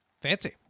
Fancy